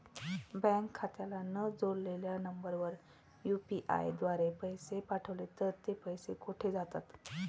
Bank खात्याला न जोडलेल्या नंबरवर यु.पी.आय द्वारे पैसे पाठवले तर ते पैसे कुठे जातात?